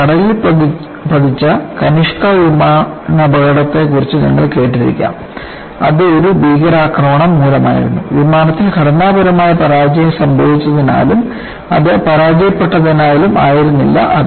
കടലിൽ പതിച്ച കനിഷ്ക വിമാനാപകടത്തെക്കുറിച്ച് നിങ്ങൾ കേട്ടിരിക്കാം അത് ഒരു ഭീകരാക്രമണം മൂലമായിരുന്നു വിമാനത്തിൽ ഘടനാപരമായ പരാജയം സംഭവിച്ചതിനാലും അത് പരാജയപ്പെട്ടതിനാലും ആയിരുന്നില്ല അത്